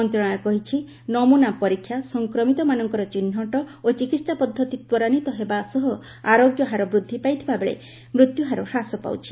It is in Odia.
ମନ୍ତ୍ରଣାଳୟ କହିଛି ନମୁନା ପରୀକ୍ଷା ସଂକ୍ରମିତମାନଙ୍କର ଚିହ୍ନଟ ଓ ଚିକିତ୍ସା ପଦ୍ଧତି ତ୍ୱରାନ୍ପିତ ହେବା ସହ ଆରୋଗ୍ୟ ହାର ବୃଦ୍ଧି ପାଇଥିବାବେଳେ ମୃତ୍ୟୁହାର ହ୍ରାସ ପାଉଛି